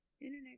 internet